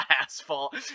asphalt